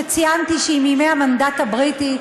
וציינתי שהיא מימי המנדט הבריטי.